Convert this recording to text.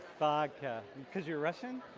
vodka? because you're russian?